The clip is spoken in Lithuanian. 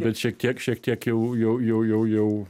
bet šiek tiek šiek tiek jau jau jau jau